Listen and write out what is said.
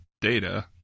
data